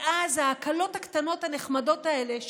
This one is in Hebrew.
ואז ההקלות הקטנות הנחמדות האלה,